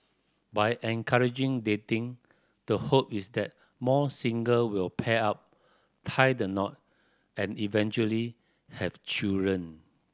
by encouraging dating the hope is that more single will pair up tie the knot and eventually have children